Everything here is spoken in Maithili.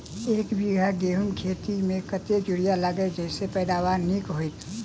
एक बीघा गेंहूँ खेती मे कतेक यूरिया लागतै जयसँ पैदावार नीक हेतइ?